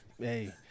hey